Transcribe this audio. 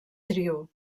trio